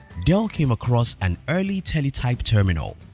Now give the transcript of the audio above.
dell came across an early teletype terminal.